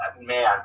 Man